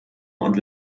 und